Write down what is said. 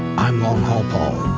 i'm long haul paul.